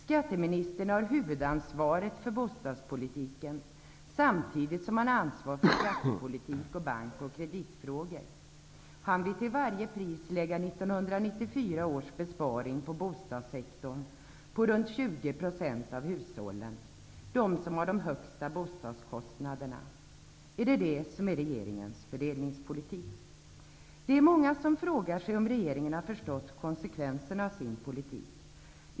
Skatteministern har huvudansvaret för bostadspolitiken samtidigt som han ansvarar för skattepolitik och bank och kreditfrågor. Han vill till varje pris lägga 1994 års besparing på bostadssektorn på runt 20 % av hushållen -- på dem som har de högsta bostadskostnaderna. Är det uttryck för regeringens fördelningspolitik? Det är många som frågar sig om regeringen har förstått konsekvenserna av sin politik.